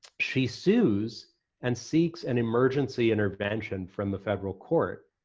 she sues and seeks an emergency intervention from the federal court.